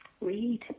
Read